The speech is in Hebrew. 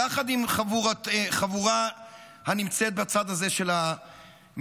יחד עם חבורה הנמצאת בצד הזה של הבניין,